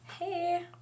Hey